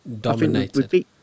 dominated